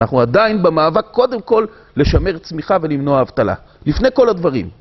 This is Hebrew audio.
אנחנו עדיין במאבק קודם כל לשמר צמיחה ולמנוע אבטלה, לפני כל הדברים.